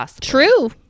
True